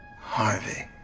Harvey